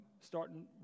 starting